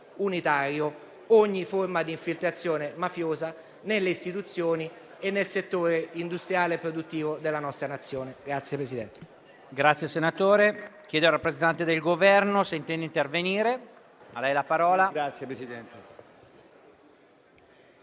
unitario ogni forma di infiltrazione mafiosa nelle istituzioni e nel settore industriale e produttivo della nostra Nazione.